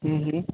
हम्म हम्म